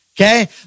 okay